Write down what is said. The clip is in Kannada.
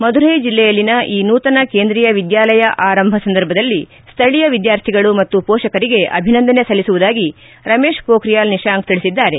ಮಧುರೈ ಜಿಲ್ಲೆಯಲ್ಲಿನ ಈ ನೂತನ ಕೇಂದ್ರೀಯ ವಿದ್ಯಾಲಯ ಆರಂಭ ಸಂದರ್ಭದಲ್ಲಿ ಸ್ವಳೀಯ ವಿದ್ಯಾರ್ಥಿಗಳು ಮತ್ತು ಪೋಷಕರಿಗೆ ಅಭಿನಂದನೆ ಸಲ್ಲಿಸುವುದಾಗಿ ರಮೇಶ್ ಪೋಖ್ರಿಯಾಲ್ ನಿಶಾಂಕ್ ತಿಳಿಸಿದ್ದಾರೆ